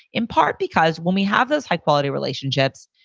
in part because when we have those high quality relationships,